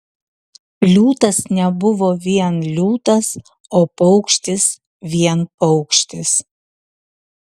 liūtas nebuvo vien liūtas o paukštis vien paukštis